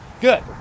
Good